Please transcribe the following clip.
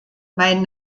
mein